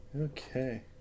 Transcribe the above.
Okay